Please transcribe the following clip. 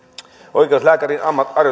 oikeus lääkärin